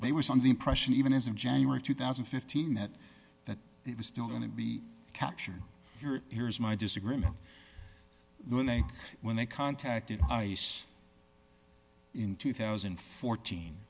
they were on the impression even as in january two thousand and fifteen that that it was still going to be captured here's my disagreement when they when they contacted ice in two thousand and fourteen